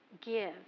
give